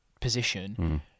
position